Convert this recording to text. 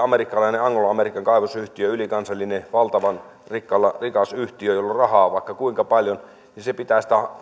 amerikkalainen anglo american kaivosyhtiö ylikansallinen valtavan rikas rikas yhtiö jolla on rahaa vaikka kuinka paljon pitää sitä